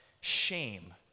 shame